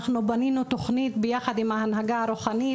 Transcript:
אנחנו בנינו תוכנית ביחד עם ההנהגה הרוחנית,